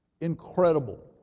incredible